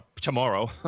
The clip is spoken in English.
tomorrow